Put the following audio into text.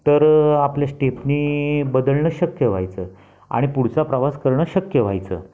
तर आपल्या स्टेपनी बदलणं शक्य व्हायचं आणि पुढचा प्रवास करणं शक्य व्हायचं